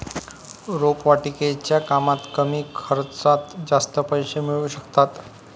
रोपवाटिकेच्या कामात कमी खर्चात जास्त पैसे मिळू शकतात